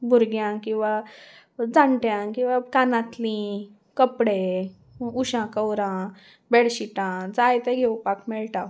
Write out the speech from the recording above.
भुरग्यांक किंवां जाणट्यां किंवां कानांतलीं कपडे उशा कवरां बेडशीटां जायते घेवपाक मेळटा